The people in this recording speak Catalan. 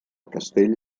castell